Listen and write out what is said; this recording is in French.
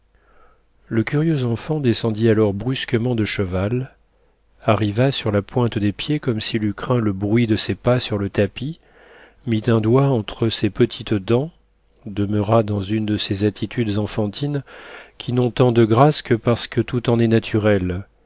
le curieux enfant descendit alors brusquement de cheval arriva sur la pointe des pieds comme s'il eût craint le bruit de ses pas sur le tapis mit un doigt entre ses petites dents demeura dans une de ces attitudes enfantines qui n'ont tant de grâce que parce que tout en est naturel